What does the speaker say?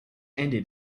ended